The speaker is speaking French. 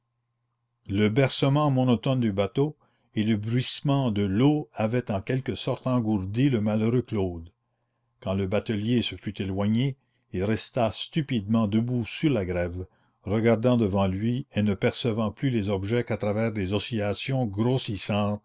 le bercement monotone du bateau et le bruissement de l'eau avaient en quelque sorte engourdi le malheureux claude quand le batelier se fut éloigné il resta stupidement debout sur la grève regardant devant lui et ne percevant plus les objets qu'à travers des oscillations grossissantes